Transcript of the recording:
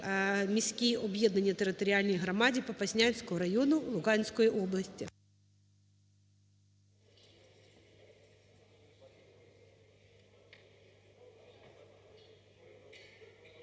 міській об'єднаній територіальній громадіПопаснянського району Луганської області.